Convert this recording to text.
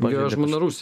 jo žmona rusė